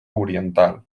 oriental